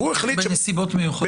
בנסיבות מיוחדות.